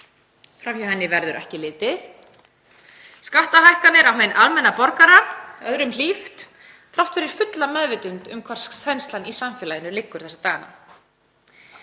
Fram hjá henni verður ekki litið. Skattahækkanir á hinn almenna borgara en öðrum hlíft þrátt fyrir fulla meðvitund um hvar þenslan í samfélaginu liggur þessa dagana.